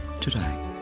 today